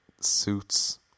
suits